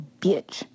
bitch